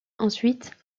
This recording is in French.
ensuite